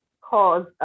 cause